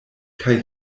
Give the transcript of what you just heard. kaj